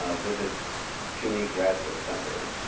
ah visit the cuny graduate center.